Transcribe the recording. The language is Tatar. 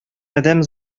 адәм